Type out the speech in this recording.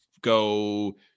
go